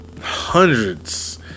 hundreds